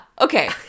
Okay